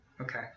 Okay